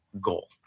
goal